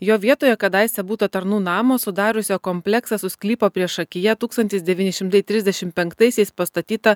jo vietoje kadaise būta tarnų namo sudariusio kompleksą su sklypo priešakyje tūkstantis devyni šimtai trisdešim penktaisiais pastatyta